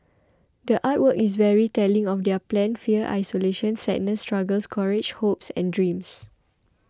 the art work is very telling of their pain fear isolation sadness struggles courage hopes and dreams